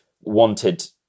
wanted